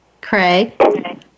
Craig